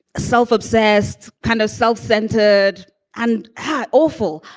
self-obsessed, kind of self-centered and awful.